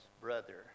brother